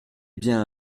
bien